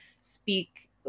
speak